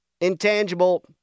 Intangible